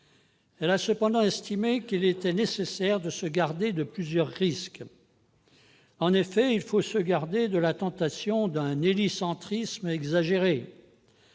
Elle a cependant considéré qu'il était nécessaire de se garder de plusieurs risques. En effet, il ne faut pas céder à la tentation d'un « hélicentrisme » exagéré.